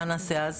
מה נעשה אז?